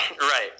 right